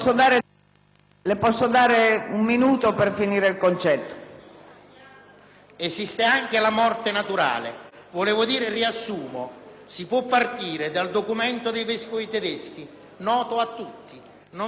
Esiste anche la morte naturale.